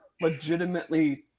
legitimately